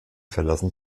verlassen